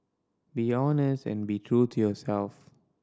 be honest and be true to yourself